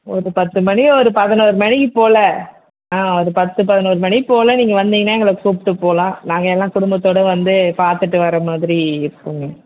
ஒரு பத்துமணி ஒரு பதினோரு மணிக்கு போல ஆ ஒரு பத்து பதினோரு மணி போல் நீங்கள் வந்தீங்கன்னால் எங்களை கூப்பிட்டு போகலாம் நாங்கள் எல்லாம் குடும்பத்தோடு வந்து பார்த்துட்டு வர மாதிரி இருக்கோங்க